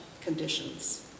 conditions